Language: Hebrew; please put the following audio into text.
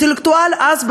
אינטלקטואל אז,